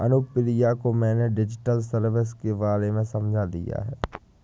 अनुप्रिया को मैंने digital service के बारे में समझा दिया है